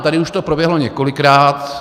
Tady už to proběhlo několikrát.